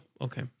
okay